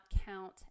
count